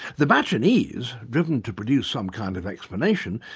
the batchianese, driven to produce some kind of explanation,